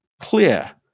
clear